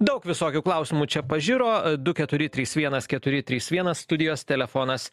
daug visokių klausimų čia pažiro du keturi trys vienas keturi trys vienas studijos telefonas